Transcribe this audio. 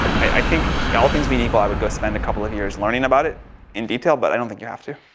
i think, yeah all things being equal, i would go spend a couple years learning about it in detail, but i don't think you have to.